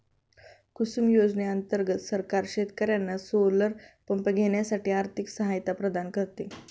कुसुम योजने अंतर्गत सरकार शेतकर्यांना सोलर पंप घेण्यासाठी आर्थिक सहायता प्रदान करते